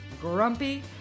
grumpy